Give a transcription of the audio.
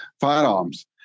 firearms